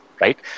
Right